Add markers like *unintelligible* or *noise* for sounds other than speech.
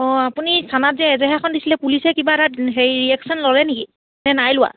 অঁ আপুনি খানাত যে এজেহাৰখন দিছিলে পুলিচে কিবা এটা *unintelligible* হেৰি ৰিয়েকশ্যন ল'লে নেকি নে নাই লোৱা